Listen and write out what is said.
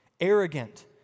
Arrogant